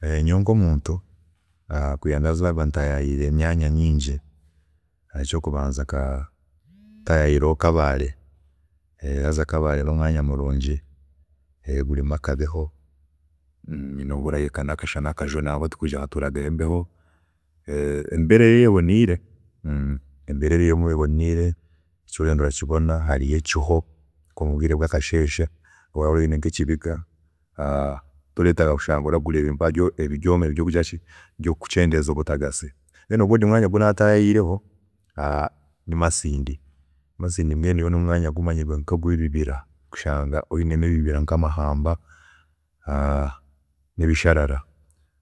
Nyowe nkomuntu, kwiiya ndazarwa ntayayiire emyanya mingi, ekyokubanza nka ntayayiireho kabale, haza kabale nomwanya murungi, gurimu akabeho, hiine obu orahike hajwemu nakashana nangwa tikugira ngu hatuuragayo embeho, embeera eriyo eboniire, embeera eriyo eboniire, ekyooya torakibona, hariyo nekiho mubwiire bwakasheshe waaba oyine nkekibiga toretaaga kushanga oragura ebi byooma ebyokugiraki, ebyokucendeeza obutagasi, then ogudni mwanya ogu nataayayiireho ni Masindi, Masindi mbwenu gwe nomwanya ogumanyirwe nkogwebibira, kushanga omwaanya gumanyirwe nk'ogwamahamba n'ebisharara.